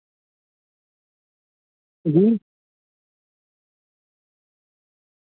جی